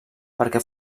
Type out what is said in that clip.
perquè